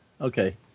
Okay